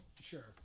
Sure